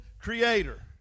creator